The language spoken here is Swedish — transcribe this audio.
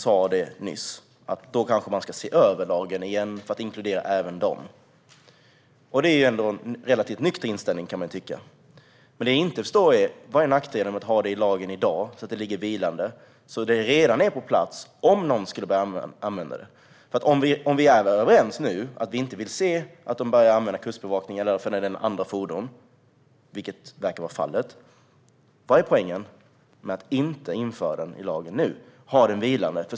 Jag tyckte att hon nyss sa att man då kanske ska se över lagen igen för att inkludera även dem. Det är ändå en relativt nykter inställning, kan man tycka. Men det jag inte förstår är vad nackdelen är med att införa detta i lagen redan nu, så att det ligger vilande och finns på plats om behov uppstår. Om vi nu är överens - vilket verkar vara fallet - om att vi inte vill att folk börjar använda Kustbevakningens eller för den delen andra fordon, vad är då poängen med att inte införa detta i lagen nu för att ha det vilande?